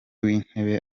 w’intebe